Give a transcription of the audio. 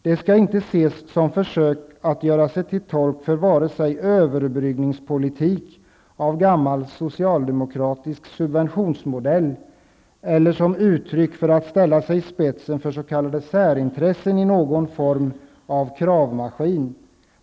Detta skall inte ses vare sig så, att vi försöker göra oss till tolk för överbryggningspolitik av gammal socialdemokratisk subventionsmodell eller så, att det skulle vara ett uttryck för att vi vill ställa oss i spetsen för s.k. särintressen i fråga om någon form av kravmaskin.